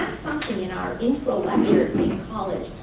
something in our intro lectures in college